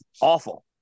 awful